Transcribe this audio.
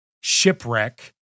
shipwreck